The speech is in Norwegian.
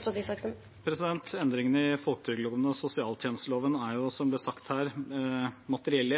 som ble sagt her, ikke materielle